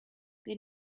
they